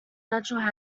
natural